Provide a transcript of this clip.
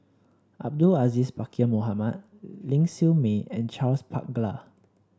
Abdul Aziz Pakkeer Mohamed Ling Siew May and Charles Paglar